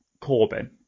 Corbyn